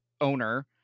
owner